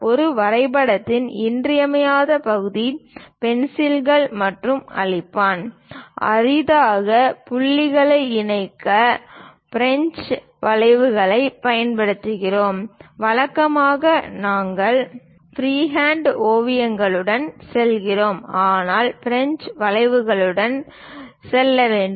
ஒரு வரைபடத்தின் இன்றியமையாத பகுதி பென்சில்கள் மற்றும் அழிப்பான் அரிதாக புள்ளிகளை இணைக்க பிரெஞ்சு வளைவுகளைப் பயன்படுத்துகிறோம் வழக்கமாக நாங்கள் ஃப்ரீஹேண்ட் ஓவியங்களுடன் செல்கிறோம் ஆனால் பிரஞ்சு வளைவுகளுடன் செல்ல வேண்டும்